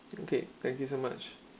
okay thank you so much